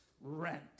rent